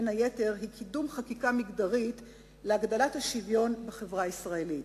קידום חקיקה מגדרית להגדלת השוויון בחברה הישראלית.